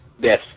Yes